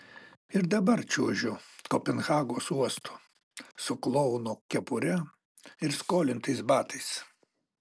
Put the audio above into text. ir dabar čiuožiu kopenhagos uostu su klouno kepure ir skolintais batais